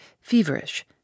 feverish